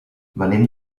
venim